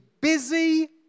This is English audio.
busy